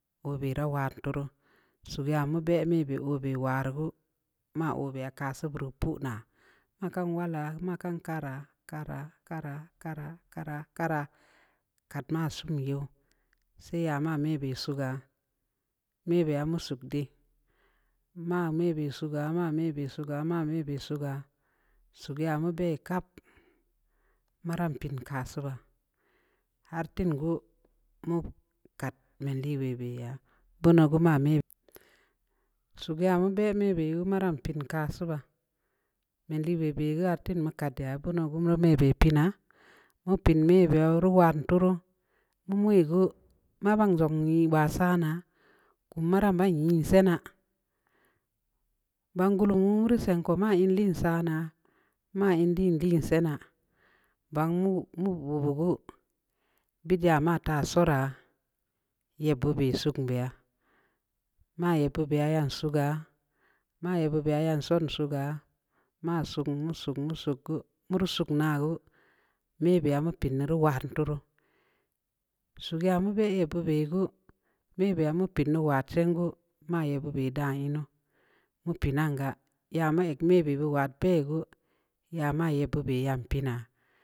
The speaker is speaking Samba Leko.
Wa bera wan tu'uru suu be ya mu be mə be warugue ma obua ka subura puna'a ma kan wala kan kara-kara-kara-kara-kara-kara kat ma suume yo say ya ma bəbə su ga me bia me sackəə ma me bə suuga sugia mbə kap maram pəən ka suuba har bən gue mu kat mun də bebe ya'a buna gue ma me suugia mbə mə maram piinka suuba mendə bəba ngaee eiin ma kat ya bunugue me bə pəəna umpin məbə wan tuuru mumuye gae ma gban jang gba sa'ana kum ma ranbai yel səna gban glun wuruson kuma ii lə sa ana ma ye dəndən sa'ana gban gue mu gue bugue bedəa ma ta sora ya bubə suunbia ma ye bubəa ayan suuga ma ye bubda a yan nson suuga ma ye bubda a yan son suuga ma suugul-suugul-suugul muru suuk na gue me bia meri wan buru su gəa məa bə a bubə gue me bia mu pəən nuwa siingue ma ye babəa dayinu mu pəə nanga ya mui-mui bə bubuwa pəə gae ya ma bubəa yan pəəna.